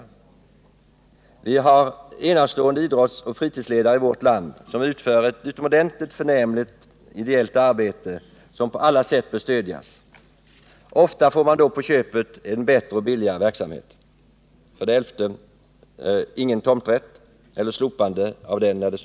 15 december 1978 Vi har enastående idrottsoch fritidsledare i vårt land som utför ett utomordentligt förnämligt ideellt arbete som på alla sätt bör stödjas. Ofta får man då på köpet en bättre och billigare verksamhet. 13.